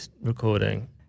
recording